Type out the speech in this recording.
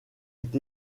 est